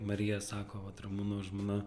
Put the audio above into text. marija sako vat ramūno žmona